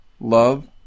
love